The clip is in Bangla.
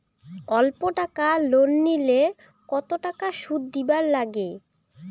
অল্প টাকা লোন নিলে কতো টাকা শুধ দিবার লাগে?